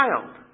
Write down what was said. child